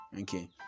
okay